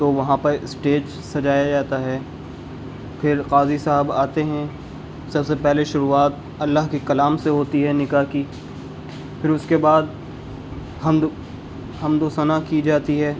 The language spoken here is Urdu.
تو وہاں پر اسٹیج سجایا جاتا ہے پھر قاضی صاحب آتے ہیں سب سے پہلے شروعات اللہ کے کلام سے ہوتی ہے نکاح کی پھر اس کے بعد حمد حمد و ثنا کی جاتی ہے